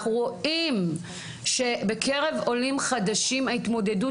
אנחנו רואים שבקרב עולים חדשים ההתמודדות